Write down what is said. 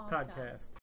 Podcast